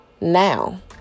now